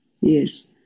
yes